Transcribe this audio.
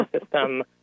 system